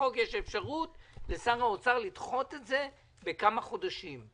בחוק יש אפשרות לשר האוצר לדחות את זה בכמה חודשים.